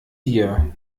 dir